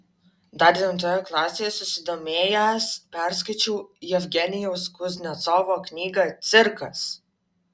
dar devintoje klasėje susidomėjęs perskaičiau jevgenijaus kuznecovo knygą cirkas